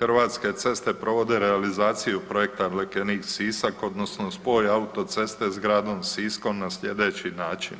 Hrvatske ceste provode realizaciju projekta Lekenik-Sisak odnosno spoj autoceste s Gradom Siskom na sljedeći način,